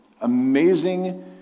amazing